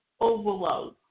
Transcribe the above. overload